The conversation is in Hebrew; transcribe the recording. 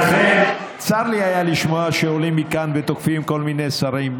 לכן צר לי היה לשמוע שעולים מכאן ותוקפים כל מיני שרים.